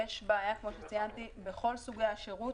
יש בעיה, כמו שציינתי, בכל סוגי השירות.